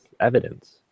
evidence